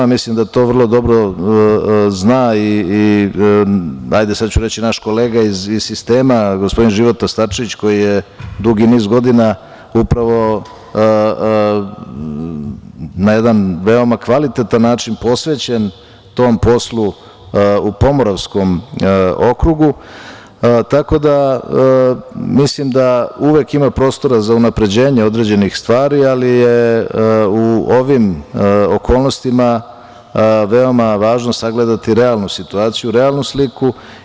Mislim da to vrlo dobro zna, hajde sada ću reći naš kolega iz sistema, gospodin Života Starčević koji je dugi niz godina upravo na jedan veoma kvalitetan način posvećen tom poslu u Pomoravskom okrugu, tako da mislim da uvek ima prostora za unapređenje određenih stvari, ali je u ovim okolnostima veoma važno sagledati realnu situaciju, realnu sliku.